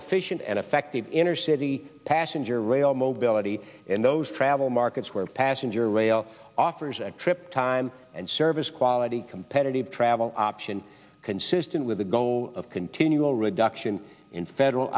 efficient and effective intercity passenger rail mobility in those travel markets where passenger rail offers a trip time and service quality competitive travel option consistent with the goal of continual reduction in federal